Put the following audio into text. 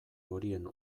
horien